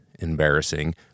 embarrassing